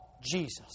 Jesus